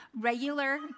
regular